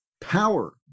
power